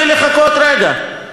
בלי לחכות רגע.